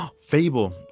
Fable